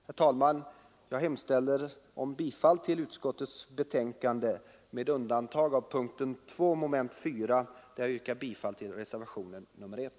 Herr talman! Jag yrkar bifall till utskottets hemställan utom vad beträffar punkten 2 moment 4, där jag yrkar bifall till reservationen 1.